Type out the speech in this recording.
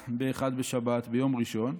באחד בשבת, ביום ראשון,